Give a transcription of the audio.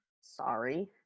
Sorry